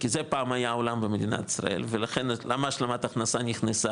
כי זה פעם היה העולם במדינת ישראל ולכן למה השלמה הכנסה נבנתה,